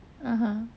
(uh huh)